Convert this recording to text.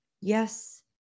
Yes